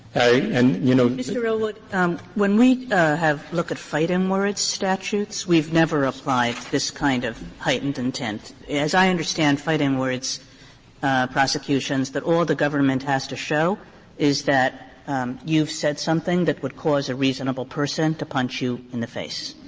and, you know kagan mr. elwood, um when we have looked at fighting words statutes, we've never applied this kind of heightened intent. as i understand fighting words prosecutions, that all the government has to show is that you've said something that would cause a reasonable person to punch you in the face.